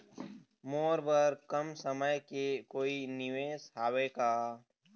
मोर बर कम समय के कोई निवेश हावे का?